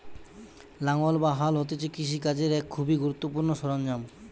লাঙ্গল বা হাল হতিছে কৃষি কাজের এক খুবই গুরুত্বপূর্ণ সরঞ্জাম